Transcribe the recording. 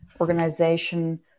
organization